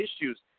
issues